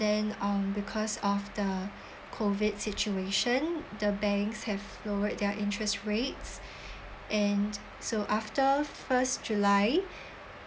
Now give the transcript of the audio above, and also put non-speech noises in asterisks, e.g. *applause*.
then um because of the COVID situation the banks have lowered their interest rates *breath* and so after first july